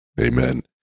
amen